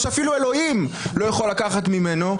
שאפילו אלוהים לא יכול לקחת ממנו.